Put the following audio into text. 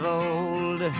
old